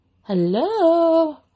Hello